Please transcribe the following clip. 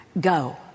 Go